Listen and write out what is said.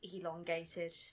elongated